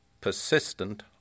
persistent